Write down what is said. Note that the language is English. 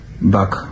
back